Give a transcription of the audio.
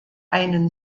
einen